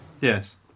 Yes